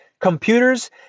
Computers